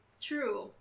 True